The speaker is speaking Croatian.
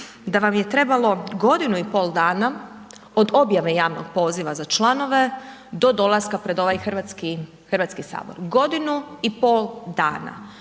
da vam je trebalo godinu i pol dana od objave javnog poziva za članove do dolaska pred ovaj Hrvatski sabor. Godinu i pol dana,